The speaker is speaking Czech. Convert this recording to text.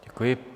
Děkuji.